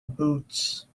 boots